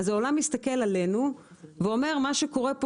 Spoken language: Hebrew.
העולם מסתכל עלינו ואומר שמה שקורה כאן